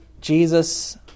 Jesus